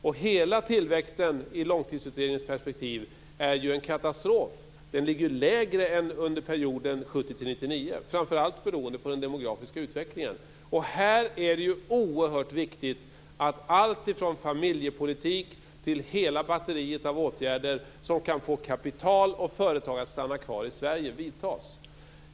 Och hela tillväxten, i Långtidsutredningens perspektiv, är ju en katastrof. Den ligger lägre än under perioden 1970-1999, framför allt beroende på den demografiska utvecklingen. I detta sammanhang är det oerhört viktigt att allt från familjepolitiken till hela batteriet av åtgärder som kan få kapital och företag att stanna kvar i Sverige vidtas.